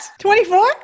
24